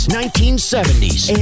1970s